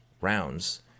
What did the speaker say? rounds